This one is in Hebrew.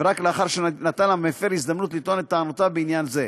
ורק לאחר שנתן למפר הזדמנות לטעון את טענותיו בעניין זה.